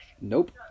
Nope